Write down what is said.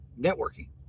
networking